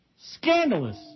Scandalous